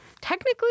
technically